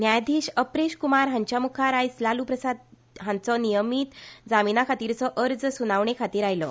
न्यायाधिश अप्रेश कुमार हांच्या मुखार आयज लालू प्रसाद हांचो नियमीत जामिना खातीरचो अर्ज सुनावणे खातीर आयलो